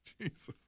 Jesus